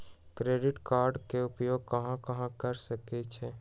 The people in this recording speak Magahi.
क्रेडिट कार्ड के उपयोग कहां कहां कर सकईछी?